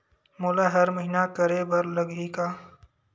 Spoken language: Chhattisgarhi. मोला हर महीना करे बर लगही का?